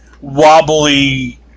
wobbly